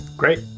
Great